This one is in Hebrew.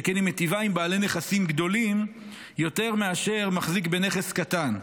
שכן היא מיטיבה עם בעלי נכסים גדולים יותר מאשר עם המחזיק בנכס קטן,